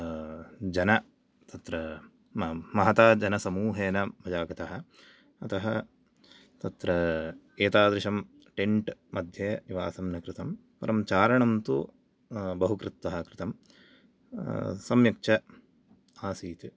जन तत्र मह महता जनसमूहेन मया गतः अतः तत्र एतादृशं टेन्ट् मध्ये निवासं न कृतं परं चारणं तु बहु कृतं सम्यक् च आसीत्